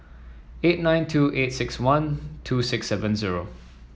eight nine two eight six one two six seven zero